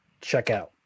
checkout